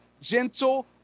gentle